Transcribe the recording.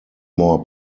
more